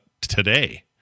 today